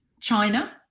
China